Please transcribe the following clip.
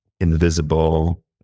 invisible